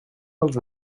els